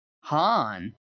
Han